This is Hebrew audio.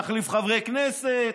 יחליף חברי כנסת.